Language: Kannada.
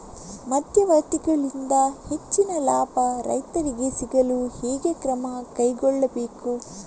ಮಧ್ಯವರ್ತಿಗಳಿಂದ ಹೆಚ್ಚಿನ ಲಾಭ ರೈತರಿಗೆ ಸಿಗಲು ಹೇಗೆ ಕ್ರಮ ಕೈಗೊಳ್ಳಬೇಕು?